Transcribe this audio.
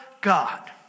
God